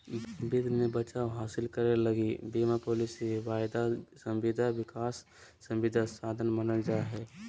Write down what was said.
वित्त मे बचाव हासिल करे लगी बीमा पालिसी, वायदा संविदा, विकल्प संविदा साधन मानल जा हय